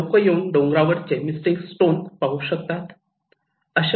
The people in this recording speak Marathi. लोक येऊन चे डोंगरावरचे मिस्टिक स्टोन पाहू शकतात